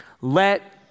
let